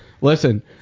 Listen